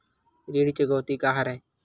ऋण चुकौती का हरय?